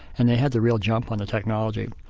and they had the real jump on the technology.